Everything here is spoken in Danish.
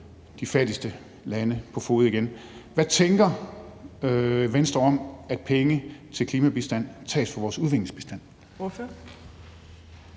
de fattigste lande på fode igen. Hvad tænker Venstre om, at penge til klimabistand tages fra vores udviklingsbistand?